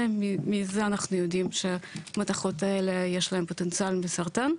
שמזה אנחנו יודעים שלמתכות האלה יש להם פוטנציאל לסרטן,